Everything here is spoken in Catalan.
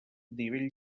nivell